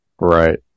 Right